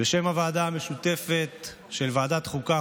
בשם הוועדה המשותפת של ועדת החוקה,